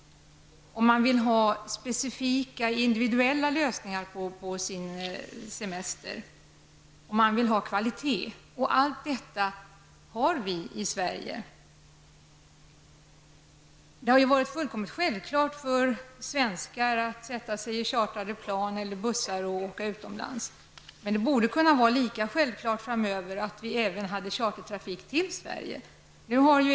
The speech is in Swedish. Man vill ha specifika individuella lösningar på sin semester. Man vill ha kvalitet. Allt detta har vi i Det har varit fullkomligt självklart för svenskar att sätta sig i chartrade flygplan eller bussar och åka utomlands. Det borde framöver kunna bli lika självklart med chartertrafik till Sverige.